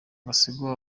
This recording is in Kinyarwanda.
gasigwa